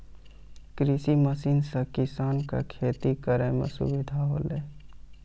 कृषि मसीन सें किसान क खेती करै में सुविधा होलय